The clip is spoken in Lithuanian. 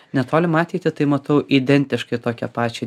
netolimą ateitį tai matau identiškai tokią pačią